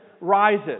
rises